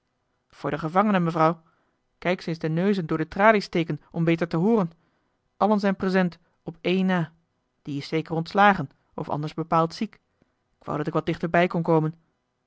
voor de gevangenen mevrouw kijk ze eens de neuzen door de tralies steken om beter te hooren allen zijn present op één na die is zeker ontslagen of anders bepaald ziek ik wou dat ik wat dichter bij kon komen